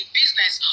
business